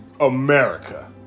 America